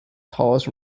tallest